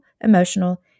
emotional